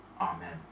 Amen